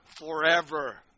forever